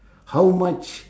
how much